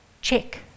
check